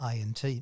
INT